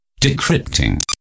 Decrypting